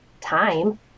time